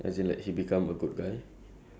yup I will change yes